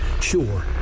Sure